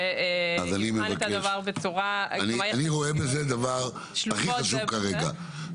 שיבחן את הדבר בצורה --- אני רואה בזה כדבר הכי חשוב כרגע.